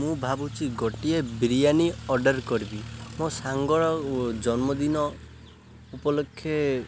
ମୁଁ ଭାବୁଛି ଗୋଟିଏ ବିରିୟାନୀ ଅର୍ଡ଼ର କରିବି ମୋ ସାଙ୍ଗର ଜନ୍ମଦିନ ଉପଲକ୍ଷେ